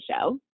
show